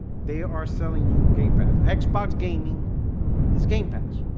they are selling new game paths xbox gaming is game pass